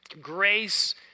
Grace